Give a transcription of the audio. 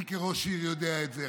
אני כראש עירייה יודע את זה,